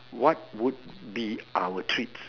what would be our treats